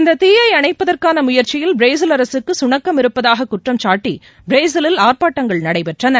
இந்த தீயை அணைப்பதற்கான முயற்சியில் பிரேசில் அரசுக்கு குணக்கம் இருப்பதாக குற்றம்சாட்டி பிரேசிவில் ஆர்ப்பாட்டங்கள் நடைபெற்றன